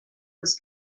was